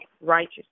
righteous